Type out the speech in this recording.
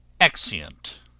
Exeunt